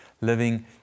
living